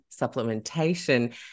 supplementation